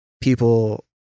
people